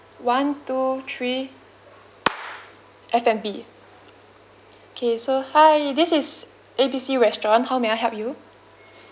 one two three F&B okay so hi this is A B C restaurant how may I help you